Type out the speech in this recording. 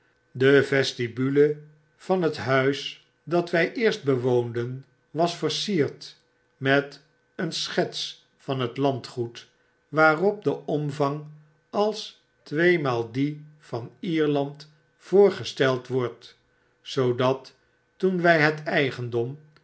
de vestibule van het huis dat wy eerst bewoonden was versierd met een schets van het landgoed waarop de omvang als tweemaal dien van ierland voorgesteld wordt zoodat toen wy het eigendom